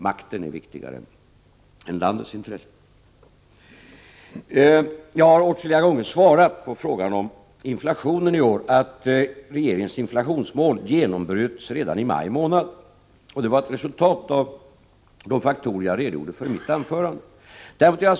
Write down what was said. Makten är viktigare än landets intressen. Jag har åtskilliga gånger beträffande inflationen i år förklarat att regeringens inflationsmål genombröts redan i maj månad såsom ett resultat av de faktorer som jag redogjorde för i mitt anförande.